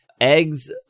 Eggs